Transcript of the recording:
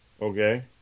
okay